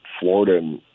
Florida